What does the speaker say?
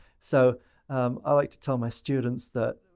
so i like to tell my students that,